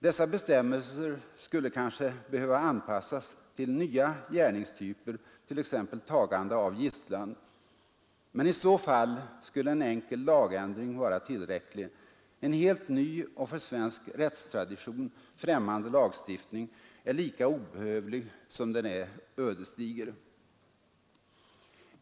Dessa bestämmelser skulle kanske behöva anpassas till nya gärningstyper — t.ex. tagande av gisslan.” Men i så fall skulle en enkel lagändring vara tillräcklig. En helt ny och för svensk rättstradition främmande lagstiftning är lika obehövlig som den är ödesdiger.